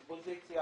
קדימה,